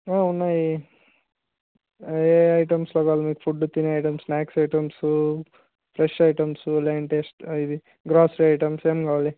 ఉన్నాయి అవి ఏ ఐటెంస్లో కావాలి ఫుడ్ మీకు తినే items snacks items fresh items లేదంటే ఇవి గ్రోసరి ఐటెమ్స్ ఏం కావాలి